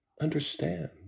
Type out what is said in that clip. understand